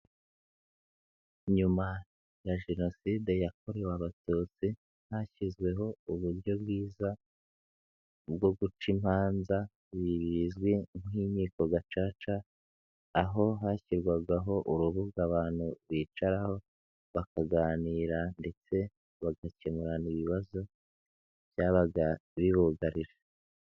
Nyuma ya Jenoside yakorewe Abatutsi hashyizweho uburyo bwiza bwo guca imanza ibi bizwi nk'Inkiko Gacaca aho hashyirwagaho urubuga abantu bicaraho bakaganira ndetse bagakemurana ibibazo byabaga bibugarije.